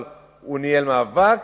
אבל הוא ניהל מאבק,